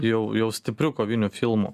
jau jau stiprių kovinių filmų